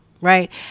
right